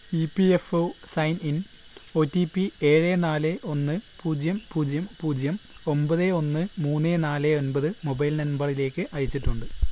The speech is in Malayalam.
E P F O sign in O T P ഏഴ് നാല് ഒന്ന് പൂജ്യം പൂജ്യം പൂജ്യം ഒൻപത് ഒന്ന് മൂന്ന് നാല് ഒൻപത് മൊബൈൽ നമ്പറിലേക്ക് അയച്ചിട്ടുണ്ട്